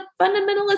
fundamentalist